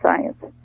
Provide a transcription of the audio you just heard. science